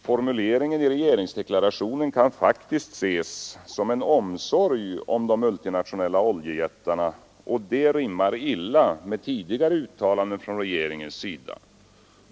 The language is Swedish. Formuleringen i regeringsdeklarationen kan faktiskt ses som en omsorg om de multinationella oljejättarna, och det rimmar illa med tidigare uttalanden från regeringens sida.